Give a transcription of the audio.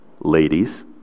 ladies